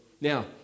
Now